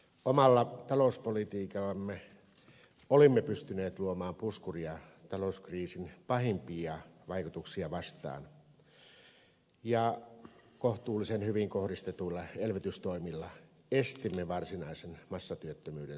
omalla talouspolitiikallamme olemme pystyneet luomaan puskuria talouskriisin pahimpia vaikutuksia vastaan ja kohtuullisen hyvin kohdistetuilla elvytystoimilla estimme varsinaisen massatyöttömyyden syntymisen